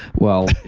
well,